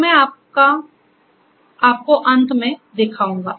तो मैं आपको अंत में दिखाऊंगा